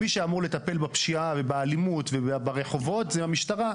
מי שאמור לטפל בפשיעה ובאלימות ברחובות זו המשטרה,